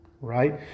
Right